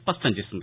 స్పష్టం చేసింది